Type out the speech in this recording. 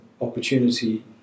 opportunity